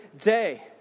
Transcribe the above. day